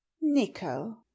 Nico